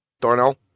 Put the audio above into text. Darnell